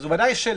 הוא בוודאי שלד.